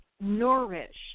nourish